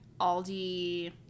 Aldi